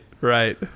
right